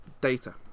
Data